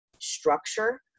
structure